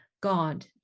God